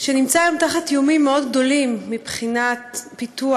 שנמצא היום תחת איומים מאוד גדולים מבחינת פיתוח.